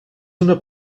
una